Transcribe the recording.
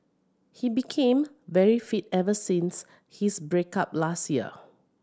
he became very fit ever since his break up last year